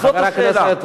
זאת השאלה.